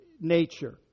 nature